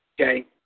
okay